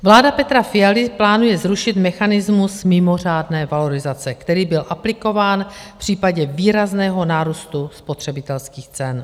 Vláda Petra Fialy plánuje zrušit mechanismus mimořádné valorizace, který byl aplikován v případě výrazného nárůstu spotřebitelských cen.